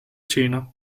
cena